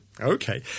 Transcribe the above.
Okay